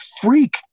freak